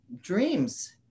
dreams